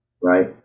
right